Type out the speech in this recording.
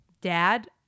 dad